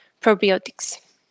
probiotics